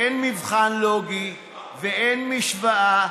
אין מבחן לוגי ואין משוואה,